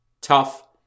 tough